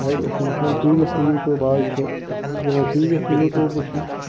کیازِ أسۍ چھِ وٕچھان ٹی وی یس نہٕ یوٗٹیوٗب آسہِ یا ٹی وی یسٕے یوٗٹیوٗب وٕچھنہٕ